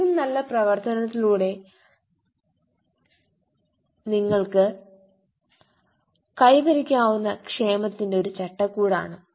ഇതും നല്ല പ്രവർത്തനത്തിലൂടെ നിങ്ങൾക്ക് കൈവരിക്കാവുന്ന ക്ഷേമത്തിന്റെ ഒരു ചട്ടക്കൂടാണ്